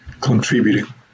contributing